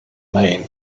maine